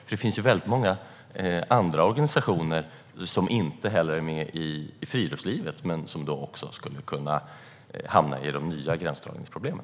Det finns nämligen väldigt många andra organisationer som inte heller omfattas av friluftslivet men som då också skulle kunna hamna i de nya gränsdragningsproblemen.